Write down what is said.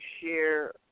share